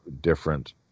different